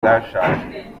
ubwashaje